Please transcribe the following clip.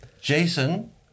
Jason